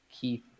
keith